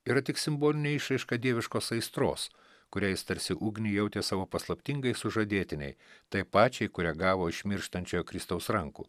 yra tik simbolinė išraiška dieviškos aistros kurią jis tarsi ugnį jautė savo paslaptingai sužadėtinei tai pačiai kurią gavo iš mirštančiojo kristaus rankų